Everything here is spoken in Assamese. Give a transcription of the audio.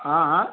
হা হা